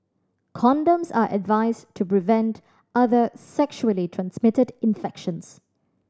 condoms are advised to prevent other sexually transmitted infections